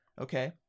okay